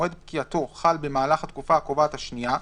שמועד פקיעתו חל במהלך התקופה הקובעת השנייה,